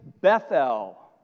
Bethel